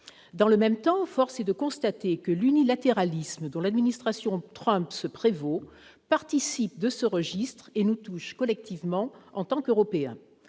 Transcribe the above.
Dans le même temps, force est de constater que l'unilatéralisme dont l'administration Trump se prévaut participe de ce registre et nous touche collectivement en tant qu'Européens.